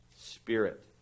Spirit